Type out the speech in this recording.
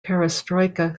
perestroika